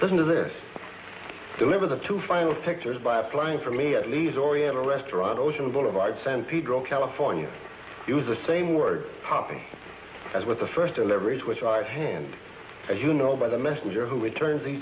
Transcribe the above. doesn't this deliver the two final pictures by applying for me at lee's oriental restaurant ocean boulevard sand piedro california use the same word poppy as with the first to leverage which are hand as you know by the messenger who it turns these